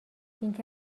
اینکه